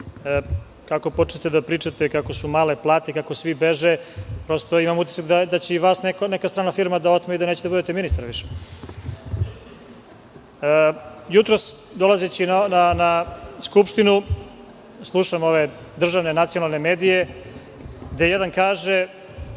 Kako ste počeli da pričate kako su male plate, kako svi beže, prosto imam utisak da će i vas neka strana firma da otme i da nećete da budete ministar više. Jutros, dolazeći na Skupštinu, slušam državne nacionalne medije, gde jedan kaže